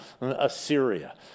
Assyria